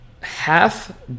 half